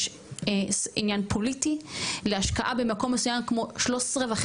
יש עניין פוליטי להשקעה במקום מסוים כמו 13.5